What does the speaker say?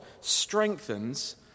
strengthens